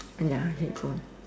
and ya headphone